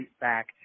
back